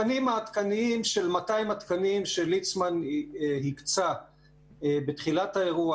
התקנים העדכניים של 200 התקנים שליצמן הקצה בתחילת האירוע,